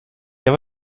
jag